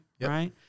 Right